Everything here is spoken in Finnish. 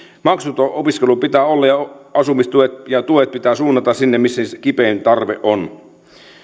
maksuton pitää opiskelun olla ja tuet pitää suunnata sinne missä kipein tarve on